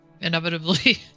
inevitably